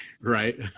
Right